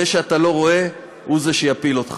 זה שאתה לא רואה, הוא שיפיל אותך.